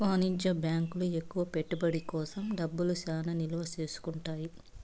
వాణిజ్య బ్యాంకులు ఎక్కువ పెట్టుబడి కోసం డబ్బులు చానా నిల్వ చేసుకుంటాయి